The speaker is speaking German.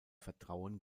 vertrauen